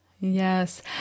Yes